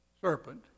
serpent